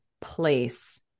place